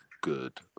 good